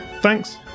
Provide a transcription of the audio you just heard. Thanks